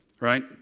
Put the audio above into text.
right